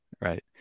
right